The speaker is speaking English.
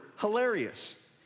hilarious